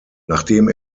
nachdem